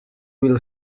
will